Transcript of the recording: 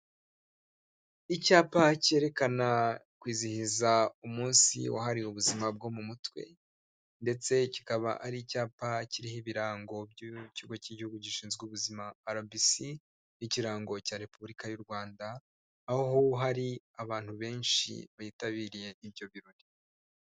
Icyapa cyerekana kwizihiza umunsi wahariwe ubuzima bwo mu mutwe ndetse kikaba ari icyapa kiriho ibirango by'ikigo cy'igihugu gishinzwe ubuzima RBC, ni ikirango cya Repubulika y'u Rwanda, aho hari abantu benshi bitabiriye ibyo birori.